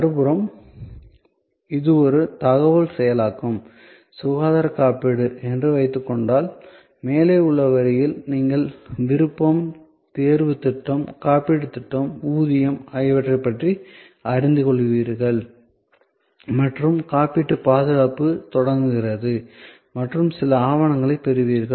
மறுபுறம் இது ஒரு தகவல் செயலாக்கம் சுகாதார காப்பீடு என்று வைத்துக் கொண்டால் மேலே உள்ள வரியில் நீங்கள் விருப்பம் தேர்வு திட்டம் காப்பீட்டுத் திட்டம் ஊதியம் ஆகியவற்றைப் பற்றி அறிந்து கொள்வீர்கள் மற்றும் காப்பீட்டு பாதுகாப்பு தொடங்குகிறது மற்றும் சில ஆவணங்களைப் பெறுவீர்கள்